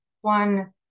one